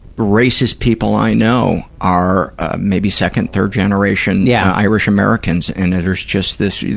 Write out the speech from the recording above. racist people i know are maybe second, third-generation yeah irish americans and there's just this,